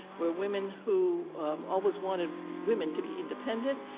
we're women who always wanted women to be independent.